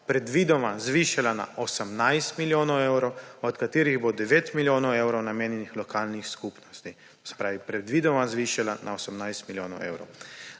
predvidoma zvišala na 18 milijonov evrov, od katerih bo 9 milijonov evrov namenjenih lokalnim skupnostim. Se pravi, predvidoma zvišala na 18 milijonov evrov